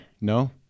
No